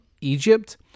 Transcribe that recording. Egypt